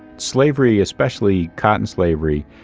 slavery, especially cotton slavery,